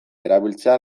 erabiltzea